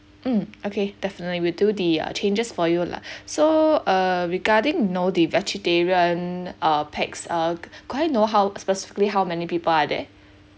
mm okay definitely we'll do the uh changes for you lah so err regarding you know the vegetarian uh pax uh c~ could I know how specifically how many people are there